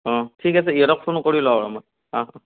অঁ ঠিক আছে ইহঁতক ফোন কৰি লওঁ ৰ মই অঁ অঁ